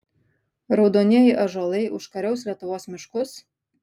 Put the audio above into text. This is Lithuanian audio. raudonieji ąžuolai užkariaus lietuvos miškus